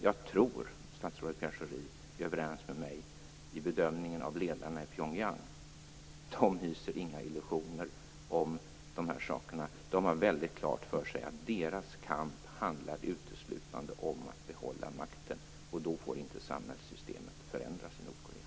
Jag tror att statsrådet Schori är överens med mig i bedömningen av att ledarna i Pyongyang inte hyser några illusioner om dessa saker. De har väldigt klart för sig att deras kamp uteslutande handlar om att behålla makten, och då får inte samhällssystemet förändras i Nordkorea.